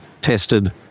tested